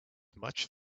much